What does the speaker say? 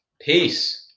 Peace